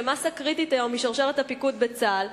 שהם מאסה קריטית היום בשרשרת הפיקוד בצה"ל,